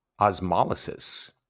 Osmolysis